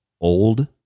old